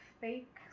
fake